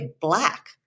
black